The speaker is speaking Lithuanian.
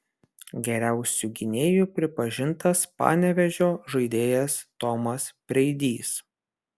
geriausiu gynėju pripažintas panevėžio žaidėjas tomas preidys